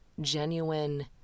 genuine